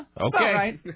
Okay